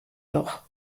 doch